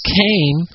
came